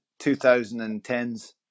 2010s